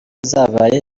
zabaye